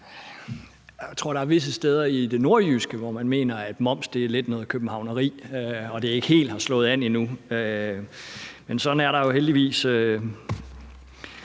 Jeg tror, at der er visse steder i det nordjyske, hvor man mener, at moms lidt er noget københavneri, og at det ikke helt har slået an endnu. Men sådan er der jo heldigvis